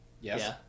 Yes